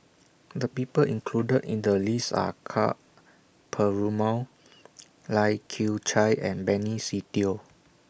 The People included in The list Are Ka Perumal Lai Kew Chai and Benny Se Teo